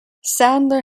sandler